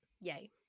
yay